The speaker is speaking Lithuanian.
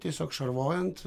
tiesiog šarvojant